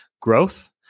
growth